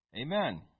Amen